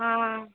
ହଁ